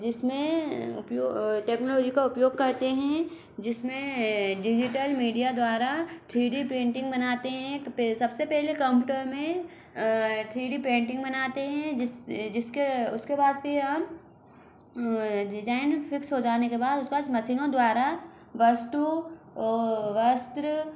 जिसमें उप्यो टेक्नोलॉजी का उपयोग करते हैं जिसमें डिजिटल मीडिया द्वारा थ्री डी पेंटिंग बनाते हैं सबसे पहले कम्प्यूटर में थ्री डी पेंटिंग बनाते हैं जिसके उसके बाद फिर हम डिजाइन फिक्स हो जाने के बाद उसके बाद मशीनों द्वारा वस्तु वस्त्र